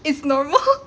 it's normal